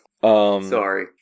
Sorry